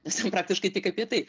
nes ten praktiškai tik apie tai